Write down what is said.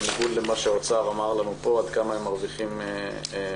בניגוד למה שהאוצר אמר לנו פה שהם מרוויחים מצוין,